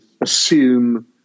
assume